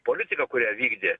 politika kurią vykdė